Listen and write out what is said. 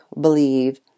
Believe